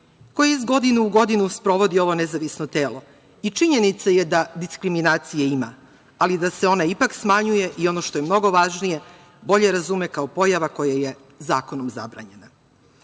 koji iz godine u godinu sprovodi ovo nezavisno telo i činjenica je da diskriminacije ima, ali da se ona ipak smanjuje i ono što je mnogo važnije, bolje razume kao pojava koja je zakonom zabranjena. Bez